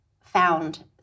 found